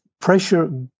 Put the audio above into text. pressure